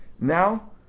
Now